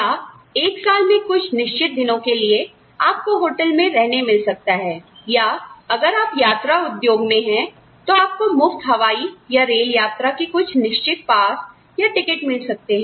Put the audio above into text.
या एक साल में कुछ निश्चित दिनों के लिए आपको होटल में रहने मिल सकता है या अगर आप यात्रा उद्योग में है तो आपको मुफ्त हवाई या रेल यात्रा के कुछ निश्चित पास या टिकट मिल सकते हैं